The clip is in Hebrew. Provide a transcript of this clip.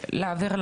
יום יפה,